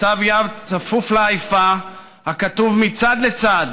בכתב יד צפוף לעייפה הכתוב מצד לצד